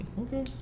okay